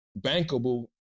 bankable